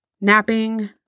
Napping